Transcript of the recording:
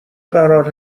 قرار